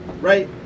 right